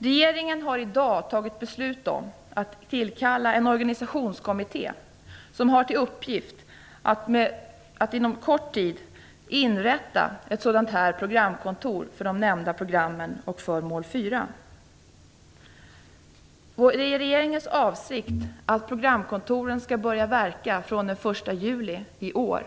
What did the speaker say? Regeringen har i dag fattat ett beslut om att tillsätta en organisationskommitté som har till uppgift att inom kort inrätta ett sådant här programkontor för de nämnda programmen och för mål 4. Det är regeringens avsikt att programkontoret skall börja verka från den 1 juli i år